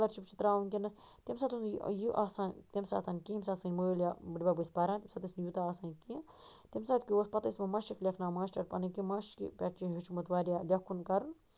scholarship چھِ تَراوان وٕنکیٚنس تَمہِ ساتہٕ اوس نہٕ یہِ آسان تَمہِ ساتن کیٚنٛہہ ییٚمہِ ساتہٕ سٲنۍ مٲلۍ یا بِڈٕبب ٲسۍ پَران تَمہِ ساتہٕ اوس نہٕ یوٗتاہ آسان کیٚنہہ تَمہِ ساتہٕ کیٛاہ اوس پَتہٕ ٲسۍ ؤ مَشِک لیٚکھناوان ماشٹر پننٕۍ کِنۍ مشکہِ پٮ۪ٹھ چھُ ہیٚوچھمُت وارِیاہ لیٚکھُن کَرُن